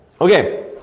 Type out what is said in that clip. Okay